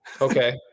Okay